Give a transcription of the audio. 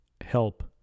help